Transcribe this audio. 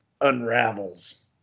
unravels